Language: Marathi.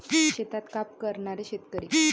शेतात काम करणारे शेतकरी